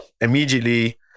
immediately